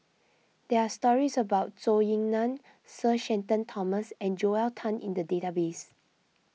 there are stories about Zhou Ying Nan Sir Shenton Thomas and Joel Tan in the database